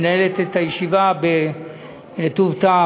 מנהלת את הישיבה בטוב טעם,